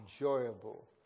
enjoyable